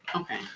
Okay